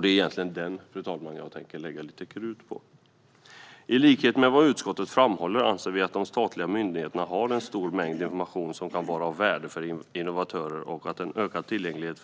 Det är egentligen det, fru talman, som jag tänker lägga lite krut på. I likhet med vad utskottet framhåller anser vi att de statliga myndigheterna har en stor mängd information som kan vara av värde för innovatörer och att en ökad tillgänglighet